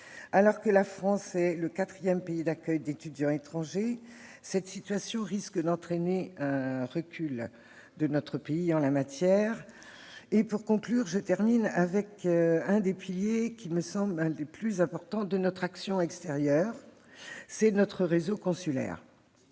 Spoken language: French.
Alors que la France est le quatrième pays d'accueil d'étudiants étrangers, cette situation risque d'entraîner un recul de notre pays en la matière. Je terminerai en évoquant l'un des piliers les plus importants de notre action extérieure : notre réseau consulaire.